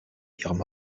ihrem